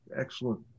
Excellent